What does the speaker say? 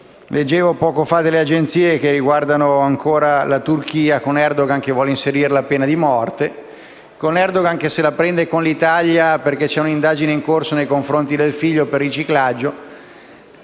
leggevo delle agenzie che riguardano la Turchia, con Erdogan che vuole inserire la pena di morte e se la prende con l'Italia perché c'è un'indagine in corso nei confronti del figlio per riciclaggio,